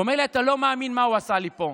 הוא אומר לי: לא מאמין מה הוא עשה לי פה.